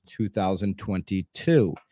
2022